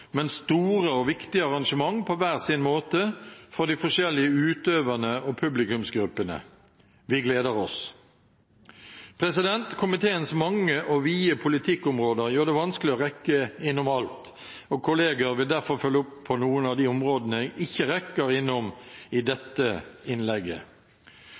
på hver sin måte for de forskjellige utøverne og publikumsgruppene. Vi gleder oss! Komiteens mange og vide politikkområder gjør det vanskelig å rekke innom alt, og kolleger vil derfor følge opp på noen av de områdene jeg ikke rekker innom i dette innlegget.